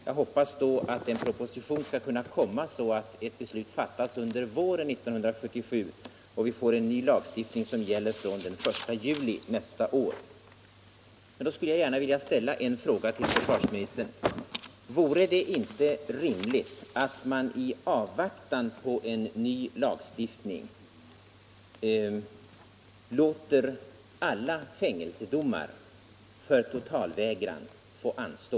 Jag hoppas då att en proposition skall kunna komma så att ett beslut fattas under våren 1977 och vi får en ny lagstiftning som gäller från den 1 juli nästa år. Jag skulle gärna vilja ställa en fråga till försvarsministern. Vore det inte rimligt att man i avvaktan på en ny lagstiftning låter alla fängelsedomar för totalvägran få anstå?